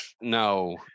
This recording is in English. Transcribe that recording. no